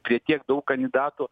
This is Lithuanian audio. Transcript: prie tiek daug kandidatų